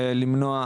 למנוע,